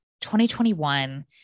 2021